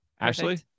Ashley